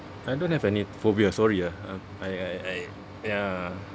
I don't have any phobia sorry ah uh I I I ya